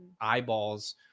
eyeballs